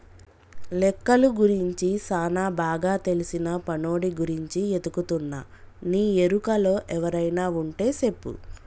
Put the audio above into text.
లెక్కలు గురించి సానా బాగా తెల్సిన పనోడి గురించి ఎతుకుతున్నా నీ ఎరుకలో ఎవరైనా వుంటే సెప్పు